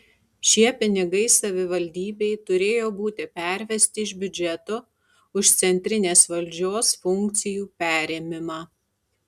šie pinigai savivaldybei turėjo būti pervesti iš biudžeto už centrinės valdžios funkcijų perėmimą